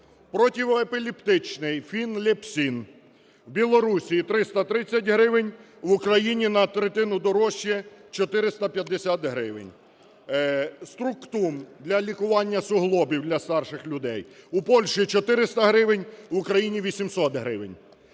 Противоепілептичний "Фінлепсин" в Білорусії - 330 гривень, в Україні – на третину дорожче, 450 гривень. "Структум" для лікування суглобів для старших людей у Польщі – 400 гривень, в Україні – 800 гривень.